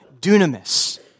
dunamis